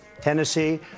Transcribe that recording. Tennessee